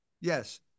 Yes